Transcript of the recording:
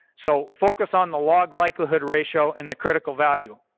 so focus on the log likelihood ratio and the critical value.